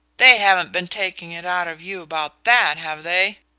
they haven't been taking it out of you about that, have they?